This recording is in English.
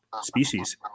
species